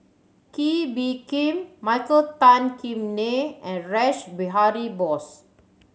Kee Bee Khim Michael Tan Kim Nei and Rash Behari Bose